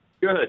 Good